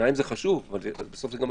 שניים זה חשוב, אבל זה עלות-תועלת.